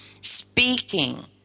Speaking